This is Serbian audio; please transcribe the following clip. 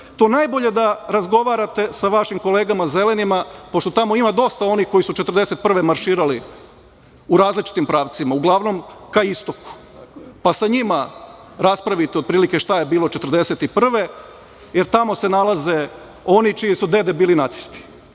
to najbolje da razgovarate sa vašim kolegama zelenima, pošto tamo ima dosta onih koji su 1941. godine marširali u različitim pravcima, uglavnom ka istoku, pa sa njima raspravite šta je bilo 1941. godine, jer tamo se nalaze oni čije su dede bili nacisti